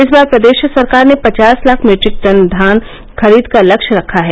इस बार प्रदेश सरकार ने पचास लाख मीट्रिक टन धान खरीद का लक्ष्य रखा है